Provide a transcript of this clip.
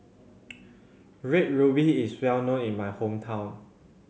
Red Ruby is well known in my hometown